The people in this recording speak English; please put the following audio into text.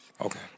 Okay